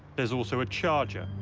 there's also a charger,